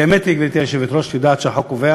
האמת היא, גברתי היושבת-ראש, את יודעת שהחוק קובע